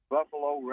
Buffalo